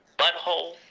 butthole